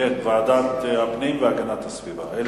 לוועדת הפנים והגנת הסביבה נתקבלה.